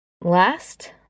last